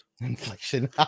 inflation